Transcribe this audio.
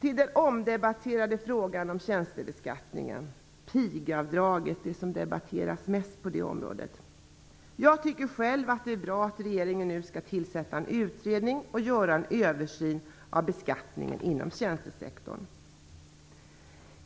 till den omdebatterade frågan om tjänstebeskattningen, pigavdraget, det som debatterats mest på det området. Jag tycker själv att det är bra att regeringen nu skall tillsätta en utredning och göra en översyn av beskattningen inom tjänstesektorn.